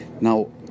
Now